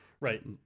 Right